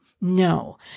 No